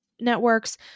networks